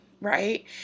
right